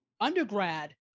undergrad